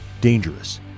dangerous